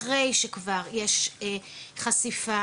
אחרי שכבר יש חשיפה